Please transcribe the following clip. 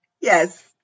Yes